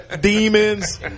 demons